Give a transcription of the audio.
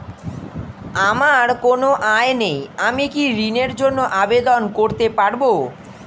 আমার কোনো আয় নেই আমি কি ঋণের জন্য আবেদন করতে পারব?